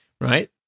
Right